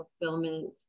fulfillment